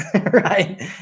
right